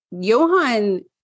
Johan